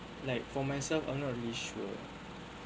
like for myself I'm not really sure